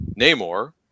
Namor